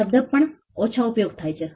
શબ્દ પણ ઓછા ઉપયોગ થાય છે